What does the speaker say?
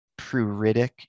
pruritic